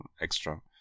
extra